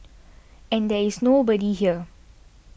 and there is nobody here